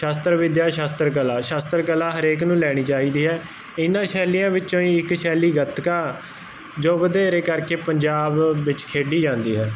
ਸ਼ਸਤਰ ਵਿੱਦਿਆ ਸ਼ਸਤਰ ਕਲਾ ਸ਼ਸਤਰ ਕਲਾ ਹਰੇਕ ਨੂੰ ਲੈਣੀ ਚਾਹੀਦੀ ਹੈ ਇਹਨਾਂ ਸ਼ੈਲੀਆਂ ਵਿੱਚੋਂ ਹੀ ਇੱਕ ਸ਼ੈਲੀ ਗਤਕਾ ਜੋ ਵਧੇਰੇ ਕਰਕੇ ਪੰਜਾਬ ਵਿੱਚ ਖੇਡੀ ਜਾਂਦੀ ਹੈ